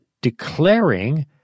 declaring